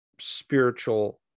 spiritual